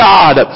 God